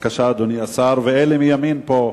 אלא מפריעים, הרעש שלכם מגיע עד פה.